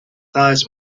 thighs